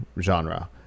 genre